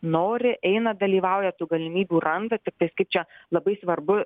nori eina dalyvauja tų galimybių randa tiktais kaip čia labai svarbu